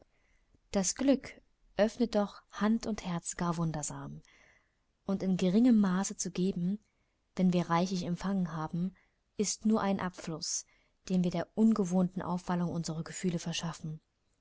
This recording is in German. das glück öffnet doch hand und herz gar wundersam und in geringem maße zu geben wenn wir reichlich empfangen haben ist nur ein abfluß den wir der ungewohnten aufwallung unserer gefühle verschaffen